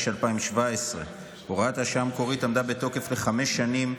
ב-1 ביוני 2017. הוראת השעה המקורית עמדה בתוקף לחמש שנים,